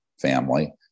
family